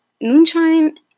Moonshine